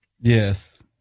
Yes